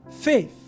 Faith